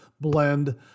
blend